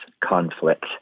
conflict